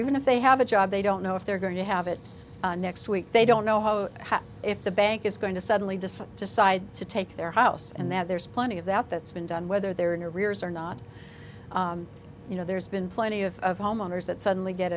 even if they have a job they don't know if they're going to have it next week they don't know how how if the bank is going to suddenly decide decide to take their house and that there's plenty of that that's been done whether they're in your careers or not you know there's been plenty of homeowners that suddenly get